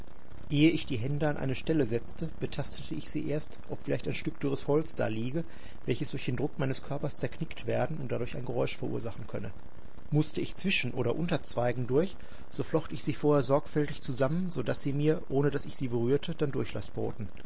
ehe ich die hände an eine stelle setzte betastete ich sie erst ob vielleicht ein stück dürres holz daliege welches durch den druck meines körpers zerknickt werden und dadurch ein geräusch verursachen könne mußte ich zwischen oder unter zweigen durch so flocht ich sie vorher sorgfältig zusammen so daß sie mir ohne daß ich sie berührte dann durchlaß boten